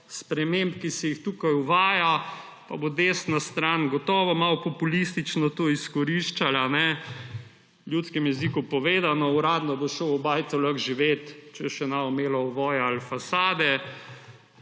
sprememb, ki se jih tukaj uvaja, pa bo desna stran gotovo malo populistično to izkoriščala, je v ljudskem jeziku povedano to, da boš uradno lahko šel v bajto živet, če še ne bo imela ovoja ali fasade,